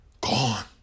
gone